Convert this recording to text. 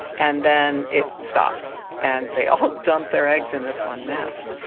and then it stops, and they all dump their eggs in this one nest.